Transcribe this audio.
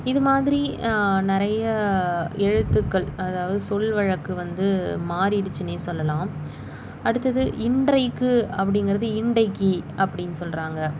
இது மாதிரி நிறைய எழுத்துக்கள் அதாவது சொல் வழக்கு வந்து மாறிடுச்சின்னே சொல்லலாம் அடுத்தது இன்றைக்கு அப்படிங்கறது இன்றைக்கி அப்படின்னு சொல்கிறாங்க